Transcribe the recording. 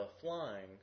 flying